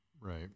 Right